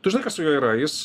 tu žinai kas su juo yra jis